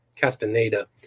Castaneda